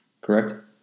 Correct